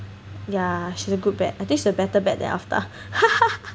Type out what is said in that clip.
yeah she's a good bet I think she's a better bet than Aftar